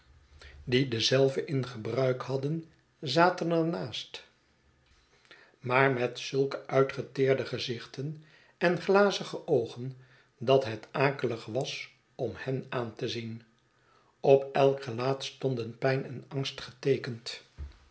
die dezelve sghetsen van boz in gebruik hadden zaten er naast maar met zulke uitgeteerde gezichten en glazige oogen dat het akelig was om hen aan te zien op elk gelaat stonden pijn en angst geteekend